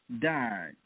died